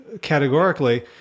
categorically